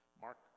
mark